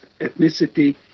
ethnicity